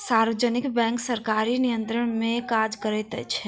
सार्वजनिक बैंक सरकारी नियंत्रण मे काज करैत छै